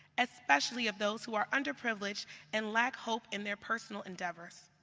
especially of those who are underprivileged and lack hope in their personal endeavors.